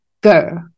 girl